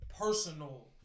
personal